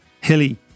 Hilly